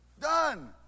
Done